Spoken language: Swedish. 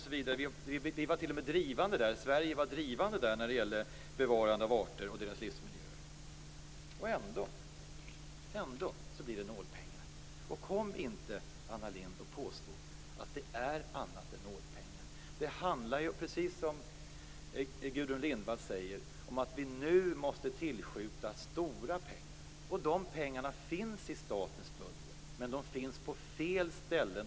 Sverige var t.o.m. drivande när det gällde bevarande av arter och deras livsmiljöer. Och ändå blir det nålpengar. Kom inte och påstå, Anna Lindh, att det är annat än nålpengar. Det handlar, precis som Gudrun Lindvall säger, om att vi nu måste tillskjuta stora pengar. De pengarna finns i statens budget, men de finns på fel ställen.